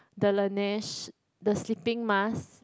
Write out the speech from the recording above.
the Laneige the sleeping mask